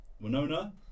Winona